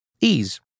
Ease